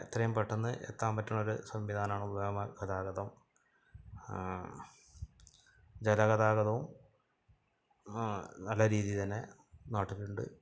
എത്രേം പെട്ടന്ന് എത്താൻ പറ്റണൊര് സംവിധാനാണ് വ്യോമ ഗതാഗതം ജല ഗതാഗതവും നല്ല രീതിയിൽ തന്നെ നാട്ടിലു ണ്ട്